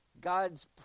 God's